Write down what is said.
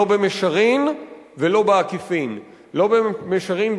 לא במישרין ולא בעקיפין: לא במישרין,